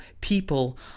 people